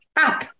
up